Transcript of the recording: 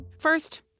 First